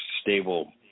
stable